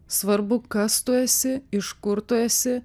svarbu kas tu esi iš kur tu esi